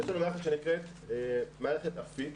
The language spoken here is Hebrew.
יש לנו מערכת שנקראת מערכת אפיק,